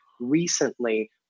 recently